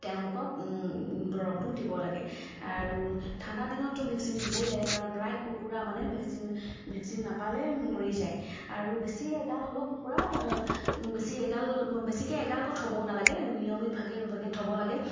তেওঁলোকক দৰৱটো দিব লাগে আৰু ঠাণ্ডা দিনতো ভেকচিন দিবই লাগে কাৰণ প্ৰায় কুকুৰা মানে ভেকচিন ভেকচিন নাপালে মৰি যায় আৰু বেছি এগাল হ'লেও কুকুৰা বেছি এগাল বেছিকৈ এগালকৈ থ'ব নালাগে নিয়মিত ভাগে ভাগে থ'ব লাগে